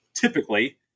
typically